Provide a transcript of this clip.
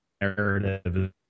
narrative